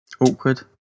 Awkward